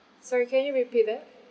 sorry can you repeat that